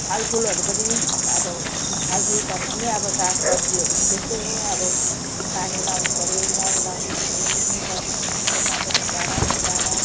फलफुलहरू पनि अब फलफुल भन्दा पनि अब सागसब्जीहरू पनि त्यस्तै हो अब पानी लगाउनुपऱ्यो मल लगाउनुपऱ्यो मिसाउनुपऱ्यो मल माटो मिसाएर मिलाएर